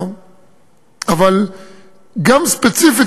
אבל גם ספציפית,